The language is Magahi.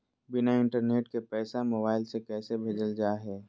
बिना इंटरनेट के पैसा मोबाइल से कैसे भेजल जा है?